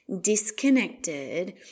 disconnected